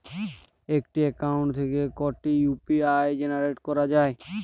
একটি অ্যাকাউন্ট থেকে কটি ইউ.পি.আই জেনারেট করা যায়?